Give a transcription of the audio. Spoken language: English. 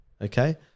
Okay